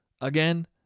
again